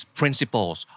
principles